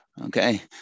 okay